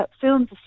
films